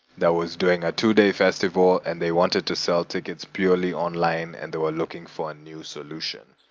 that was during a two-day festival and they wanted to sell tickets purely online and they were looking for a new solution.